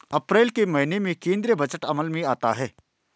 अप्रैल के महीने में केंद्रीय बजट अमल में आता है